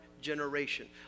generation